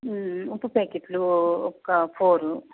ఉప్పు ప్యాకెట్లు ఒక ఫోరు